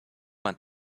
want